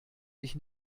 sich